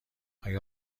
آیا